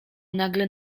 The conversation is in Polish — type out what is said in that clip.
nagle